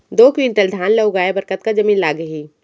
दो क्विंटल धान ला उगाए बर कतका जमीन लागही?